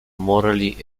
mortally